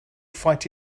fight